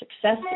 Success